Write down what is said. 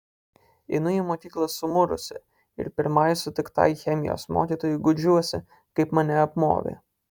einu į mokyklą sumurusi ir pirmai sutiktai chemijos mokytojai guodžiuosi kaip mane apmovė